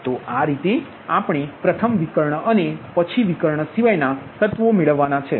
તો આ રીતે આપણે પ્રથમ વિકર્ણ અને પછી વિકર્ણ સિવાયના મેળવવાના છે